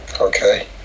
Okay